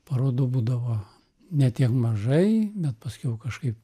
parodų būdavo ne tiek mažai bet paskiau kažkaip